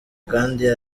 kandi